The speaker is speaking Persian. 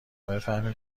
بفهمیم